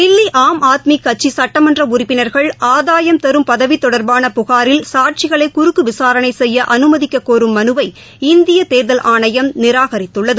தில்லி ஆம் ஆத்மி கட்சி சட்டமன்ற உறுப்பினா்கள் ஆதாயம் தரும் பதவி தொடர்பான புகாரில் சாட்சிகளை குறுக்கு விசாரணை செய்ய அனுமதிக்கக்கோரும் மனுவை இந்திய தேர்தல் ஆணையம் நிராகரித்துள்ளது